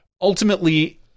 ultimately